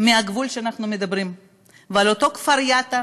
מהגבול שאנחנו מדברים עליו ומאותו כפר, יטא,